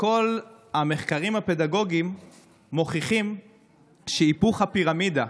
וכל המחקרים הפדגוגיים מוכיחים שהיפוך הפירמידה,